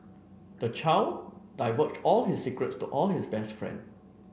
the child divulged all his secrets to all his best friend